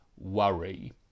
worry